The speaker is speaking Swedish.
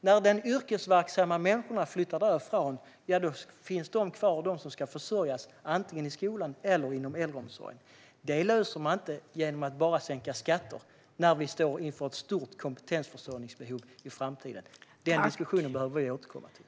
När de yrkesverksamma människorna flyttar därifrån finns de som ska försörjas, antingen i skolan eller inom äldreomsorgen, kvar. Vi står inför ett stort kompetensförsörjningsbehov i framtiden, och detta problem löser man inte bara genom att sänka skatter. Den diskussionen behöver vi återkomma till.